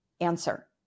answer